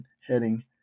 heading